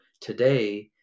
today